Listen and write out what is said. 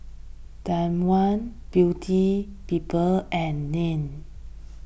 Danone Beauty People and Nan